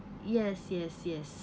yes yes yes